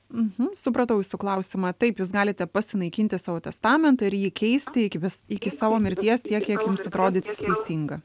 mhm supratau jūsų klausimą taip jūs galite pasinaikinti savo testamentą ir jį keisti iki iki savo mirties tiek kiek jums atrodys teisinga